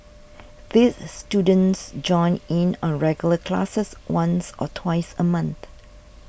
these students join in on regular classes once or twice a month